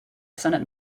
senate